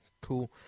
Cool